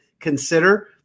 consider